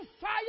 fire